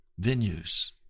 venues